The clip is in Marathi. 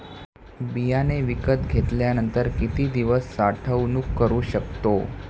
बियाणे विकत घेतल्यानंतर किती दिवस साठवणूक करू शकतो?